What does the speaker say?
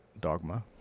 Dogma